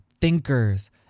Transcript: thinkers